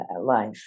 life